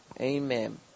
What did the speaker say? Amen